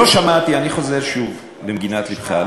לא שמעתי, אני חוזר שוב, למגינת לבך.